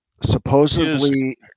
Supposedly